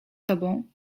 tobą